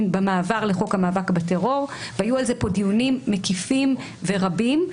במעבר לחוק המאבק בטרור והיו על זה פה דיונים מקיפים ורבים.